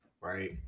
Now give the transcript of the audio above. right